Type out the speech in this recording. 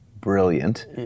brilliant